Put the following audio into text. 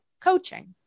coaching